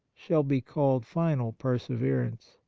shall be called final perseverance.